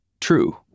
true